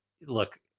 look